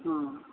ହଁ